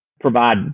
provide